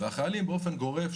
והחיילים באופן גורף,